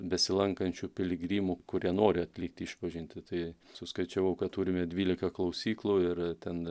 besilankančių piligrimų kurie nori atlikti išpažintį tai suskaičiavau kad turime dvylika klausyklų ir ten